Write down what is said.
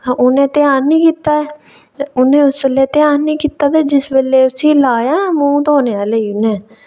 उ'न्नै ध्यान निं कीता ते उ'न्नै उसलै ध्यान निं कीता ते जिसलै उसी लाया मूंह् धोने आह्ले ई उ'न्नै